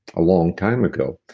a long time ago.